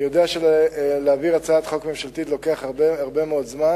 אני יודע שלהעביר הצעת חוק מממשלתית לוקח הרבה מאוד זמן,